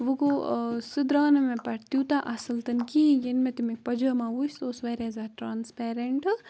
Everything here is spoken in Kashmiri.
وٕ گوٚو سُہ درٛاو نہٕ مےٚ پٮ۪ٹھ تیوٗتاہ اَصٕل تَن کِہیٖنۍ ییٚلہِ مےٚ تتیُک پجامہ وُچھ سُہ اوس واریاہ زیادٕ ٹرٛانسپیرَنٹ